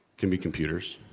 can be computers,